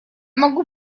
могу